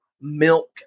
milk